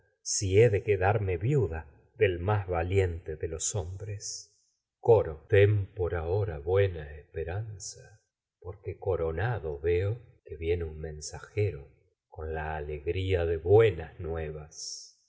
si he de quedarme hombres del más valiente ten de los coro ronado por ahora buena esperanza porque un co veo que viene mensajero con la alegría de buenas el nuevas